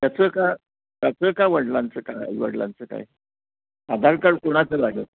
त्याचं का त्याचं का वडिलांचं का आई वडिलांचं काय आधार कार्ड कोणाचं लागेल